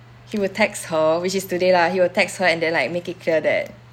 he will text her which is today lah he will text her and then like make it clear that